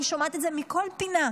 אני שומעת את זה מכל פינה.